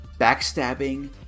backstabbing